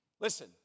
Listen